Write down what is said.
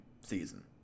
season